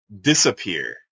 disappear